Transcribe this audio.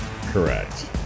Correct